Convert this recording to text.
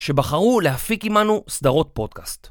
שבחרו להפיק עמנו סדרות פודקאסט.